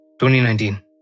2019